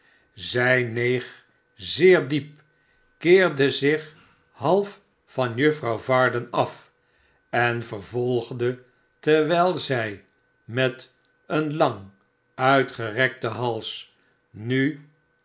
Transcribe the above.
zij neeg zeer diep keerde zich half van juffrouw varden af en vervolgde terwijl zij met een lang uitgerekten hals nu